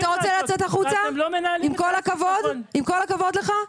עם כל הכבוד לך,